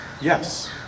yes